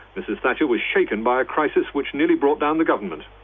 mrs thatcher was shaken by a crisis which nearly brought down the government.